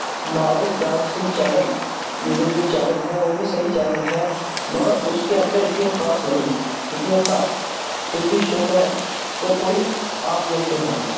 معروف dancing channel YouTube جو channel ہے وہ بھی صحیح چینل ہے مگر اس کے اندر اتنی خاص نہیں جتنی خاص ٹی وی شو میں سے کوئی آپ دیکھتے ہیں